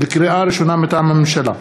לקריאה ראשונה, מטעם הממשלה: